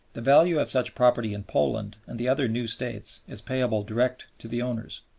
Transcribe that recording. the value of such property in poland and the other new states is payable direct to the owners.